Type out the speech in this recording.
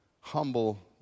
humble